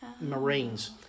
Marines